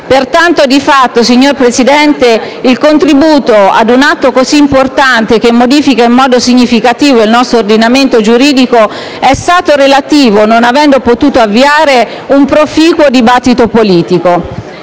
Pertanto di fatto, signor Presidente, il contributo ad un atto così importante, che modifica in modo significativo il nostro ordinamento giuridico, è stato relativo, non avendo potuto avviare un proficuo dibattito politico.